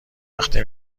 وقتی